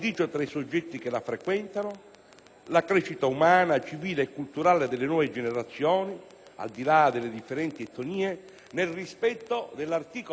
la crescita umana, civile e culturale delle nuove generazioni, al di là delle differenti etnie, nel rispetto dell'articolo 3 della Costituzione.